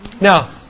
Now